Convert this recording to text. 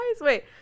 wait